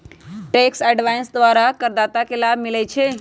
tax avoidance द्वारा करदाता के लाभ मिलइ छै